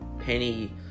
Penny